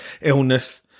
Illness